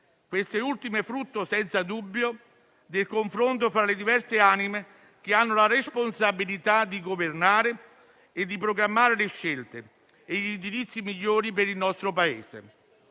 queste ultime frutto, senza dubbio, del confronto fra le diverse anime che hanno la responsabilità di governare e di programmare le scelte e gli indirizzi migliori per il nostro Paese,